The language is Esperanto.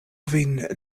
vin